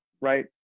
right